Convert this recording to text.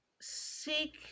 seek